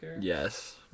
yes